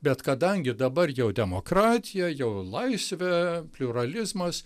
bet kadangi dabar jau demokratija jau laisvė pliuralizmas